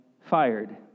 fired